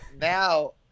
now